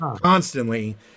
constantly